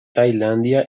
tailandia